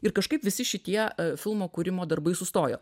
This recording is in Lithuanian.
ir kažkaip visi šitie filmo kūrimo darbai sustojo